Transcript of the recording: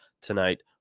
tonight